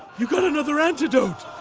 you got another antidote!